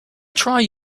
try